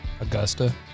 Augusta